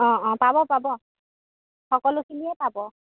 অঁ অঁ পাব পাব সকলোখিনিয়ে পাব